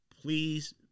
please